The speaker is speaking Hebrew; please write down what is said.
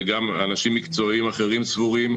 וגם אנשים מקצועיים אחרים סבורים,